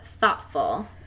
thoughtful